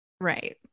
right